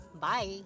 Bye